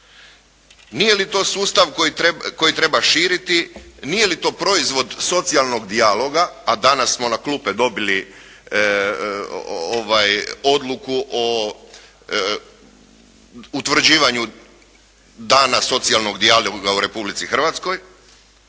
Nije li to sustav koji treba širiti, nije li to proizvod socijalnog dijaloga, a danas smo na klupe dobili odluku o utvrđivanju dana socijalnog dijaloga u Republici Hrvatskoj?